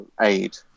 aid